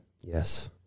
Yes